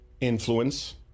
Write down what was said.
influence